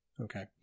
Okay